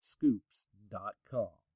Scoops.com